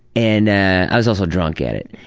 and, i was also drunk at it,